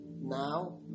Now